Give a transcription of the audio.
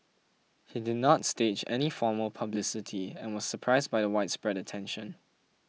he did not stage any formal publicity and was surprised by the widespread attention